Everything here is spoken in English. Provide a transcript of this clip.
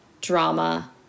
drama